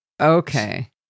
Okay